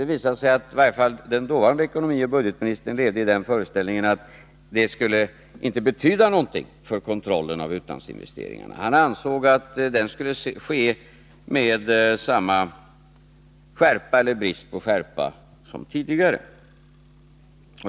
Det visade sig att den dåvarande ekonomioch budgetministern levde i den föreställningen att kravet inte skulle betyda någonting för kontrollen av utlandsinvesteringarna. Han ansåg att den skulle ske med samma skärpa eller brist på skärpa som tidigare.